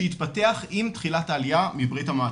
שהתפתח עם תחילת העלייה מבריה"מ.